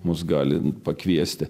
mus gali pakviesti